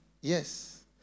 Yes